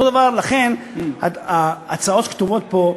לכן, ההצעות שכתובות פה,